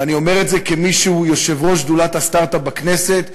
ואני אומר את זה כמי שהוא יושב-ראש שדולת הסטרט-אפ בכנסת,